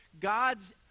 God's